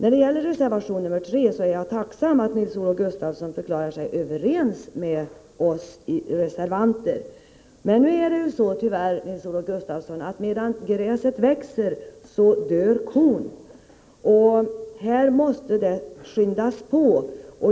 Beträffande reservation nr 3 är jag tacksam att Nils-Olof Gustafsson förklarar sig överens med oss reservanter. Men tyvärr måste man säga, Nils-Olof Gustafsson, att medan gräset gror dör kon. Här måste det skyndas på.